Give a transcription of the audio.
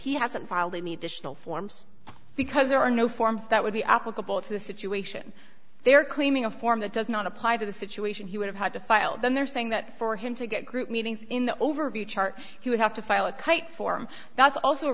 he hasn't filed a meet the tional forms because there are no forms that would be applicable to the situation they are claiming a form that does not apply to the situation he would have had to file then they're saying that for him to get group meetings in the overview chart he would have to file a kite form that's also a